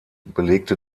belegte